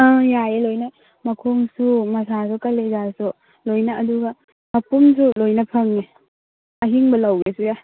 ꯑꯥ ꯌꯥꯏꯌꯦ ꯂꯣꯏꯅ ꯃꯈꯣꯡꯁꯨ ꯃꯁꯥꯁꯨ ꯀꯂꯦꯖꯥꯁꯨ ꯂꯣꯏꯅ ꯑꯗꯨꯒ ꯃꯄꯨꯝꯁꯨ ꯂꯣꯏꯅ ꯐꯪꯏ ꯑꯍꯤꯡꯕ ꯂꯧꯒꯦꯁꯨ ꯌꯥꯏ